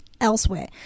elsewhere